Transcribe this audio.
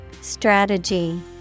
Strategy